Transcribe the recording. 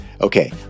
Okay